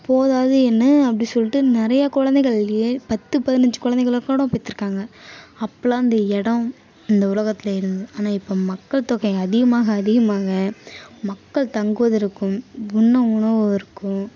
போதாது என்ன அப்படி சொல்லிட்டு நிறையா குழந்தைகள் ஏ பத்து பதினைஞ்சு குழந்தைகள்லாம் கூட பெற்றிருக்காங்க அப்போல்லாம் அந்த இடம் இந்த உலகத்தில் இருந்தது ஆனால் இப்போ மக்கள் தொகை அதிகமாக அதிகமாக மக்கள் தங்குவதற்கும் உண்ணும் உணவிற்கும்